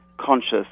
conscious